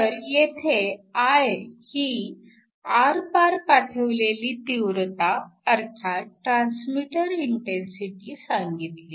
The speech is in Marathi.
तर येथे I ही आरपार पाठवलेली तीव्रता अर्थात ट्रान्समीटर इंटेन्सिटी सांगितली